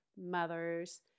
mothers